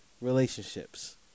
relationships